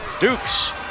Dukes